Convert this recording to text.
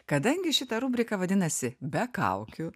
kadangi šita rubrika vadinasi be kaukių